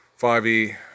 5e